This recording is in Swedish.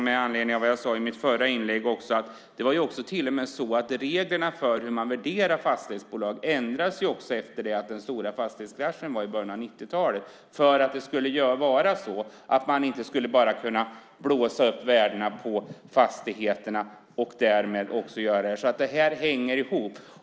Med anledning av vad jag sade i mitt förra inlägg vill jag påminna Mats Odell om att reglerna för hur man värderar fastighetsbolag till och med ändrades efter den stora fastighetskraschen i början av 90-talet. Det gjordes för att man inte skulle kunna blåsa upp värdena på fastigheterna och därmed göra så här. Detta hänger ihop.